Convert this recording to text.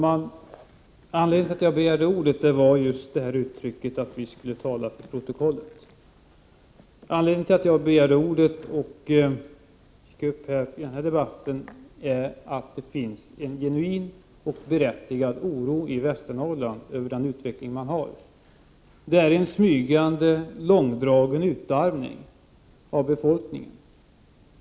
Anledningen till att jag begärde ordet var uttrycket att vi skulle tala till protokollet. Att jag alls gick upp i debatten beror på att det finns en genuin och berättigad oro i Västernorrland över den utveckling som sker. Det är en smygande, långdragen utarmning av befolkningen.